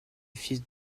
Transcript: fil